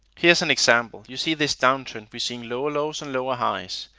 here is an example. you see this downtrend. we see lower lows and lower highs.